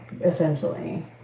essentially